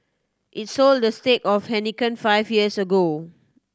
it sold the stake of Heineken five years ago